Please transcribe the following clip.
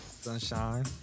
Sunshine